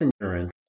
insurance